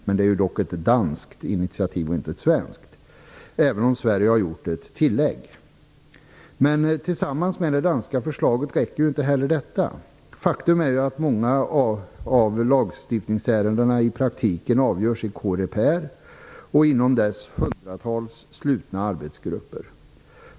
Men det är dock ett danskt initiativ och inte ett svenskt, även om Sverige har gjort ett tillägg. Men inte heller detta räcker, även om det läggs fram tillsammans med det danska förslaget. Faktum är att många av lagstiftningsärendena i praktiken avgörs i Coreper och inom dess hundratals slutna arbetsgrupper.